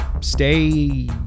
stay